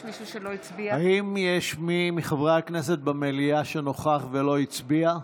האם יש מי מחברי הכנסת במליאה שנוכח ולא הצביע?